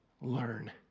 Learn